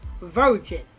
Virgin